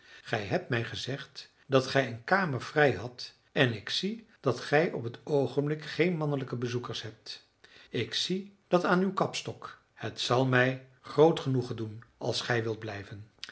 gij hebt mij gezegd dat gij een kamer vrij hadt en ik zie dat gij op t oogenblik geen mannelijke bezoekers hebt ik zie dat aan uw kapstok het zal mij groot genoegen doen als gij wilt blijven